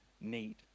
need